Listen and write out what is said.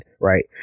right